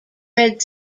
red